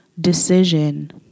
decision